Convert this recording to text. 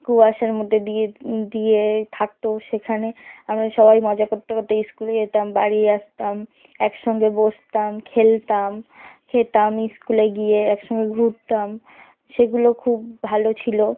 কুয়াশার মধ্যে দিয়ে দিয়ে থাকতো সেখানে আমরা সবাই মজা করতে করতে স্কুলে যেতাম বাড়ি আসতাম একসঙ্গে বসতাম খেলতাম খেতাম স্কুলে গিয়ে একসঙ্গে ঘুরতাম সেগুলো খুব ভালো ছিলো